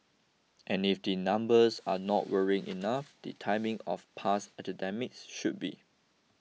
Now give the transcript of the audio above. and if the numbers are not worrying enough the timing of past epidemics should be